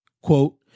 quote